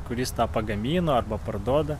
kuris tą pagamino arba parduoda